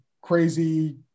crazy